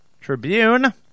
Tribune